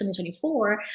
2024